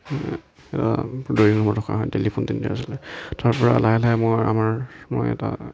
drawing ৰুমত ৰখাৰ সৈতে টেলিফোন তিনিটা আছিলে তাৰ পৰা লাহে লাহে মোৰ আমাৰ মই এটা